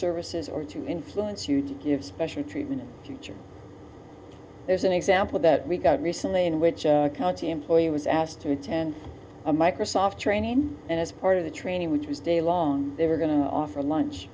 services or to influence you to give special treatment future there's an example that we got recently in which county employee was asked to attend a microsoft training and as part of the training which was day long they were going to offer lunch